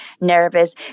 nervous